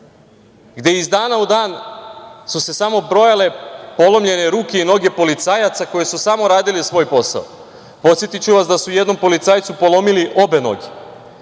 gde iz dana u dan su se samo brojale polomljene ruke i noge policajaca koji su samo radili svoj posao. Podsetiću vas da su jednom policajcu polomili obe noge,